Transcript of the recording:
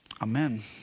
Amen